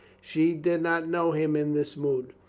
she did not know him in this mood.